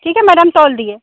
ठीक है मैडम तौल दिए